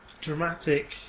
dramatic